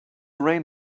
rain